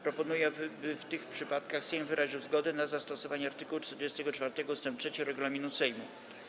Proponuję, aby w tych przypadkach Sejm wyraził zgodę na zastosowanie art. 44 ust. 3 regulaminu Sejmu.